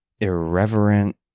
irreverent